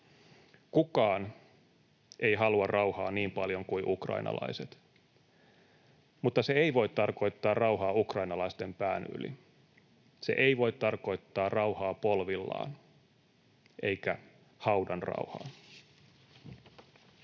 Kukaan ei halua rauhaa niin paljon kuin ukrainalaiset, mutta se ei voi tarkoittaa rauhaa ukrainalaisten pään yli. Se ei voi tarkoittaa rauhaa polvillaan eikä haudan rauhaa.